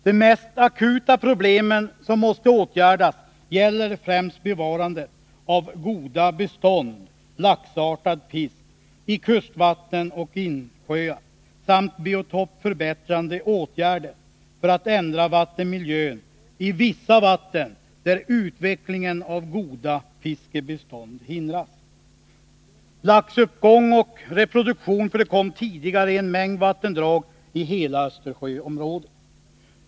De mest akuta problem som måste åtgärdas gäller främst bevarandet av goda bestånd av laxartad fisk i kustvatten och insjöar samt biotopförbättrande åtgärder för att ändra vattenmiljön i vissa vatten, där utvecklingen av goda fiskebestånd hindras. Laxuppgång och reproduktion förekom tidigare i en mängd vattendrag i hela Östersjöområdet.